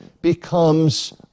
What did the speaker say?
becomes